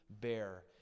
bear